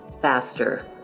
faster